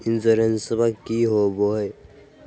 इंसोरेंसबा की होंबई हय?